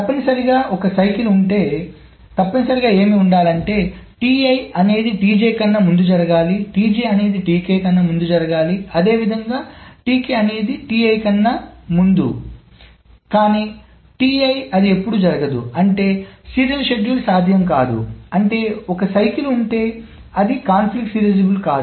తప్పనిసరిగా ఒక చక్రం ఉంటే తప్పనిసరిగా ఏమి ఉండాలంటే అనేది కన్నా ముందు జరగాలి అనేది కన్నా ముందు జరగాలిఅదే విధముగా అనేది కన్నాముందు కానీ అది ఎప్పుడూ జరగదు అంటే సీరియల్ షెడ్యూల్ సాధ్యం కాదు అంటే ఒక చక్రం ఉంటే అది సంఘర్షణ సీరియలైజబుల్ కాదు